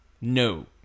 No